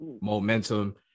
momentum